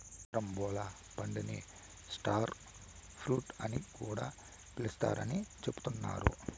carambola పండుని star fruit అని కూడా పిలుత్తారని చెబుతున్నారు